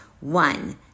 One